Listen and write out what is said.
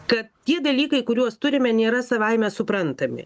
kad tie dalykai kuriuos turime nėra savaime suprantami